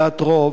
בדעת רוב,